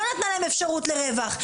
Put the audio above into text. לא נתנה להם אפשרות לרווח,